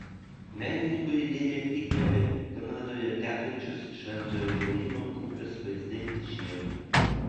menininkui idėją įkvėpė kanadoje tekančios šventojo lauryno upės vaizdai žiemą